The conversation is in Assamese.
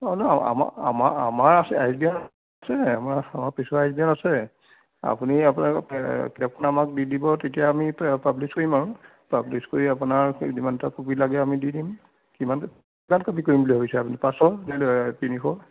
অঁ নহয় আমাৰ আমাৰ আছে আছে আমাৰ কিছু আছে আপুনি আপোনাৰ কিতাপখন আমাক দি দিব তেতিয়া আমি পাব্লিচ কৰিম আৰু পাব্লিছ কৰি আপোনাক যিমানটা ক'পি লাগে অমি দি দিম কিমান কিমান ক'পি কৰিম বুলি ভাবিছে আপুনি পাঁচশ নে তিনিশ